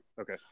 Okay